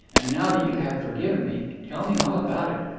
and now that you have forgiven me, tell me all about it.